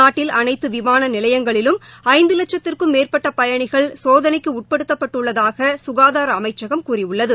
நாட்டில் அனைத்து விமான நிலையங்களிலும் ஐந்து வட்சத்திற்கும் மேற்பட்ட பயணிகள் சோதனை உட்படுத்தப்பட்டுள்ளதாக சுகாதார அமைச்சகம் கூறியுள்ளது